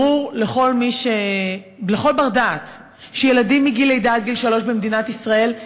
ברור לכל בר-דעת שילדים מגיל לידה עד גיל שלוש במדינת ישראל,